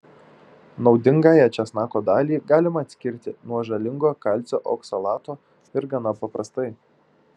naudingąją česnako dalį galima atskirti nuo žalingo kalcio oksalato ir gana paprastai